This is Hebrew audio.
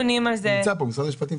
קשר יותר למס מאשר לגודש.